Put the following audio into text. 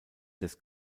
des